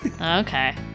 Okay